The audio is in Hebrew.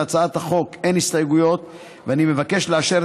להצעת החוק אין הסתייגויות ואני מבקש לאשר